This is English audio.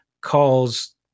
calls